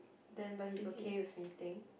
then but he's okay with meeting